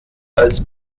als